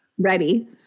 ready